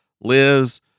Liz